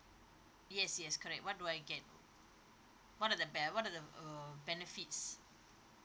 yes yes correct what do I get what are the be~ what are the err benefits